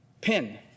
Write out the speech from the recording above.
pin